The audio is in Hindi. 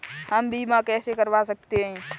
हम बीमा कैसे करवा सकते हैं?